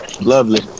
lovely